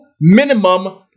minimum